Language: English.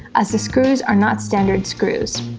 as the screws are not standard screws.